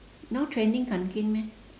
now trending kanken meh